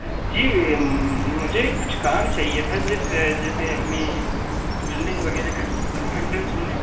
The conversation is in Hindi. जी मुझे कुछ काम चाहिए था जैसे मैं वेल्डिंग वगैरह कर सकता हूँ वेंडर सो में